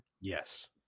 Yes